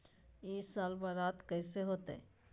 ई साल बरसात कैसन होतय?